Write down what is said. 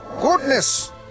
goodness